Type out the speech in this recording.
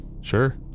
Sure